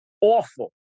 awful